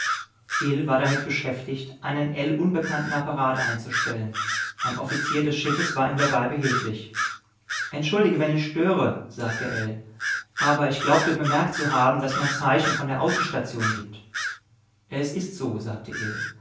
war damit beschäftigt einen ell unbekannten apparat einzustellen ein offizier des schiffes war ihm dabei behilflich entschuldige wenn ich störe sagte ell aber ich glaubte bemerkt zu haben daß man zeichen von der außenstation gibt es ist so sagte